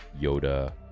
Yoda